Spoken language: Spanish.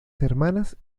hermanas